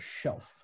shelf